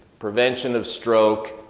prevention of stroke,